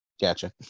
Gotcha